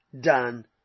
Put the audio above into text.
done